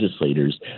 legislators